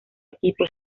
equipo